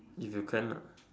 if you can ah